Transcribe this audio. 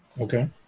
Okay